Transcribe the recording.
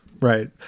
Right